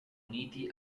uniti